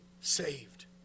saved